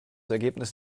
ergebnis